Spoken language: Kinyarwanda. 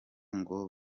ngo